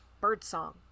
birdsong